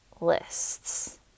lists